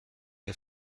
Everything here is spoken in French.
les